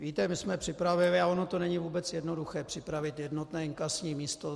Víte, my jsme připravili, a ono to není vůbec jednoduché připravit jednotné inkasní místo.